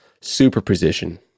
superposition